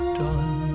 done